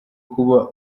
kuba